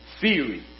theory